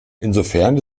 insofern